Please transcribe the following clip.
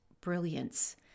brilliance